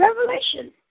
revelation